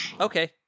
Okay